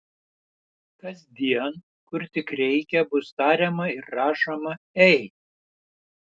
kasdien kur tik reikia bus tariama ir rašoma ei